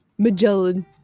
Magellan